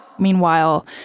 Meanwhile